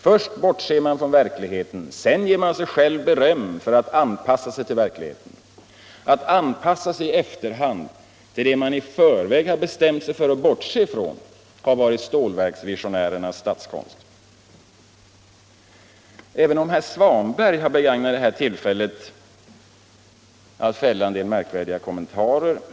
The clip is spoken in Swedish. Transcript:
Först bortser man från verkligheten, sedan ger man sig själv beröm för att ha anpassat sig till verkligheten. Att anpassa sig i efterhand till det man i förväg har bestämt sig för att bortse från, det har varit stålverksvisionärernas statskonst. Herr Svanberg har begagnat tillfället att fälla en del märkvärdiga kommentarer.